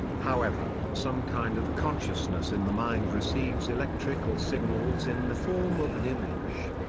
however, some kind of consciousness in the mind receives electrical signals in the form of an image.